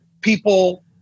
people